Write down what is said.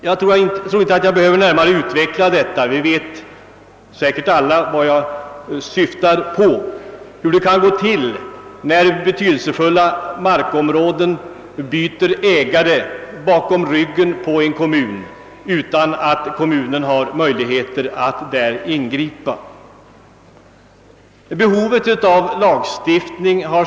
Jag behöver knappast närmare utveckla detta, ty alla förstår säkert vad jag syftar på och vet hur det kan gå till då betydelsefulla markområden byter ägare bakom ryggen på en kommun och utan möjligheter för kommunen att ingripa.